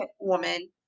woman